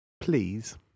Please